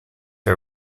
are